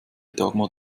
dagmar